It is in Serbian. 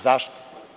Zašto?